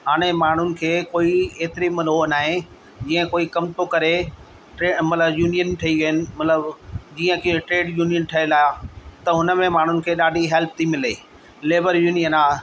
हाणे माण्हुनि खे कोई एतिरी माना उहो नाहे जीअं कोई कमु थो करे टे मतलबु यूनियन ठही वेयूं आहिनि मतलबु जीअं कि ट्रेड यूनियन ठहियल आहे त हुन में माण्हुनि खे ॾाढी हेल्प थी मिले लेबर यूनियन आहे